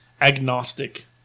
agnostic